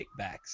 kickbacks